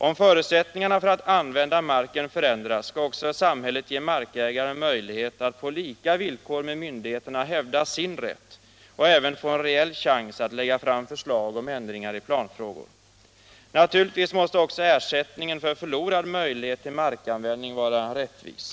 Om förutsättningarna för att använda marken förändras skall också samhället ge markägaren möjlighet att på lika villkor med myndigheterna hävda sin rätt och även ge honom en reell chans att lägga fram förslag om ändringar i planfrågor. Naturligtvis måste också ersättningen för förlorad möjlighet till markanvändning vara rättvis.